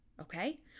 okay